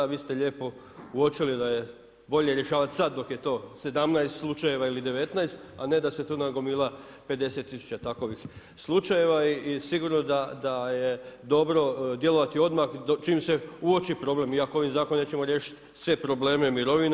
Vi ste lijepo uočili da je bolje rješavati sada dok je to 17 slučajeva ili 19, a ne da se to nagomila 50 tisuća takovih slučajeva i sigurno da je dobro djelovati odmah čim se uoči problem iako ovim zakonom nećemo riješiti sve probleme mirovina.